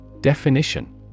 Definition